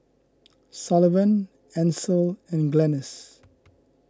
Sullivan Ancil and Glennis